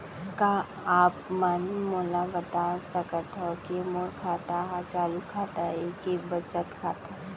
का आप मन मोला बता सकथव के मोर खाता ह चालू खाता ये के बचत खाता?